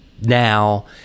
now